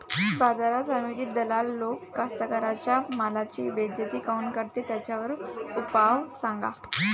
बाजार समितीत दलाल लोक कास्ताकाराच्या मालाची बेइज्जती काऊन करते? त्याच्यावर उपाव सांगा